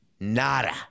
nada